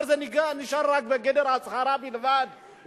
אבל זה נשאר רק בגדר הצהרה בלבד.